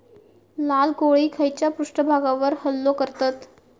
लाल कोळी खैच्या पृष्ठभागावर हल्लो करतत?